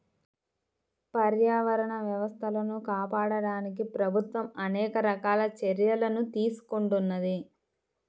పర్యావరణ వ్యవస్థలను కాపాడడానికి ప్రభుత్వం అనేక రకాల చర్యలను తీసుకుంటున్నది